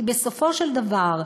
בסופו של דבר,